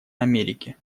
америки